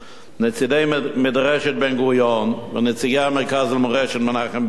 נציגי מדרשת בן-גוריון ונציגי מרכז מורשת מנחם בגין.